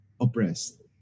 oppressed